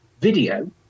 video